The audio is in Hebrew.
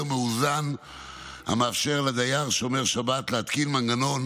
מאוזן המאפשר לדייר שומר שבת להתקין מנגנון